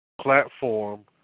platform